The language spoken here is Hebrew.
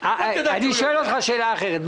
אני שואל אותך שאלה אחרת.